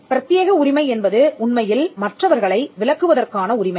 பிரத்யேக உரிமை என்பது உண்மையில் மற்றவர்களை விலக்குவதற்கான உரிமை